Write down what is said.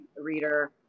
reader